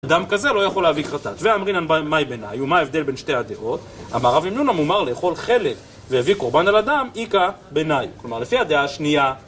אדם כזה לא יכול להביא חטאת. ואמרינן, מהי בינינו? ומה ההבדל בין שתי הדעות? אמר רב המנונה, מומר לאכול חלב והביא קורבן על הדם, איכא בייניהו. כלומר, לפי הדעה השנייה...